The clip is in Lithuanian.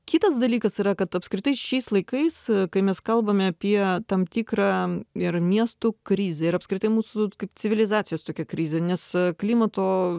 kitas dalykas yra kad apskritai šiais laikais kai mes kalbame apie tam tikrą ir miestų krizę ir apskritai mūsų kaip civilizacijos tokią krizę nes klimato